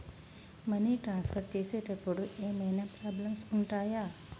Money transfer చేసేటప్పుడు ఏమైనా problems ఉంటయా?